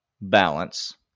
balance